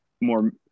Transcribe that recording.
more